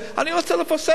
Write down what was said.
אני רוצה לפרסם את זה,